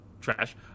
trash